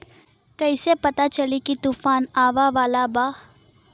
कइसे पता चली की तूफान आवा वाला बा?